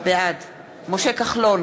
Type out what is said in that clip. בעד משה כחלון,